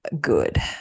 good